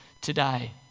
today